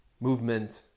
movement